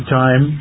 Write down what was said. time